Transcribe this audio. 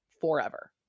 forever